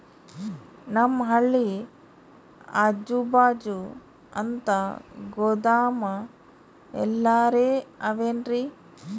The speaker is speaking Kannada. ನಮ್ ಹಳ್ಳಿ ಅಜುಬಾಜು ಅಂತ ಗೋದಾಮ ಎಲ್ಲರೆ ಅವೇನ್ರಿ?